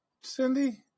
Cindy